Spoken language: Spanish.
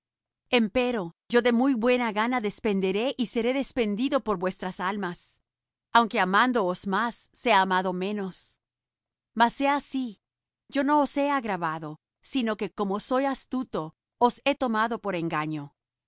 hijos empero yo de muy buena gana despenderé y seré despendido por vuestras almas aunque amándoos más sea amado menos mas sea así yo no os he agravado sino que como soy astuto os he tomado por engaño